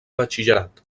batxillerat